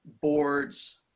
boards